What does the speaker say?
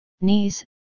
knees